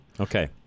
Okay